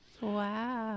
Wow